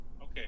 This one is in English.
Okay